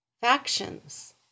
Factions